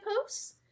posts